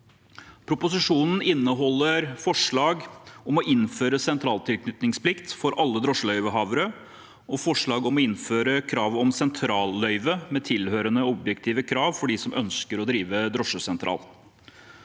Proposisjonen inneholder forslag om å innføre sentraltilknytningsplikt for alle drosjeløyvehavere og forslag om å innføre krav om sentralløyve med tilhørende objektive krav for dem som ønsker å drive drosjesentral.